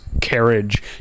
carriage